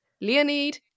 leonid